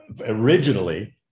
originally